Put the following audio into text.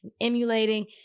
emulating